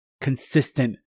consistent